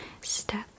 step